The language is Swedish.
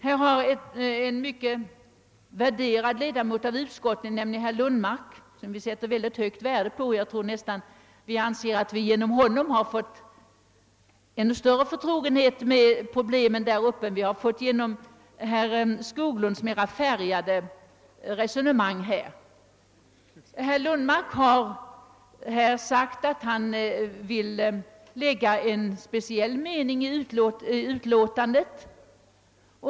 Nu har en mycket värderad ledamot av utskottet här i kammaren uttalat farhågor. Det är herr Lundmark, som vi sätter mycket stort värde på. Jag tror nästan, att vi genom honom fått större förtrogenhet med problemen där uppe än genom herr Skoglunds mera färgade resonemang. Herr Lundmark har velat lägga in en speciell mening i utlåtandet.